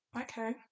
okay